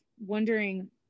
wondering